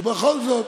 ובכל זאת.